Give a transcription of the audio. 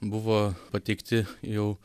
buvo pateikti jau